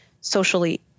socially